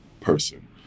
person